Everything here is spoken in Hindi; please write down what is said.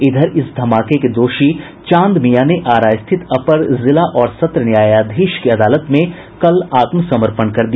इधर इस धमाके के दोषी चांद मियां ने आरा स्थित अपर जिला और सत्र न्यायाधीश की अदालत में कल आत्मसमर्पण कर दिया